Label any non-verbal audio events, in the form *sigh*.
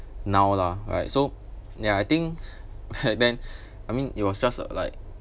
now lah right so ya I think *laughs* then I mean it was just uh like